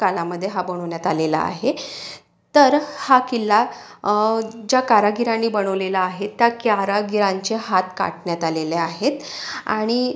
कालामध्ये हा बनवण्यात आलेला आहे तर हा किल्ला ज्या कारागिरांनी बनवलेला आहे त्या कारागिरांचे हात काटण्यात आलेले आहेत आणि